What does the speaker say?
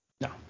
No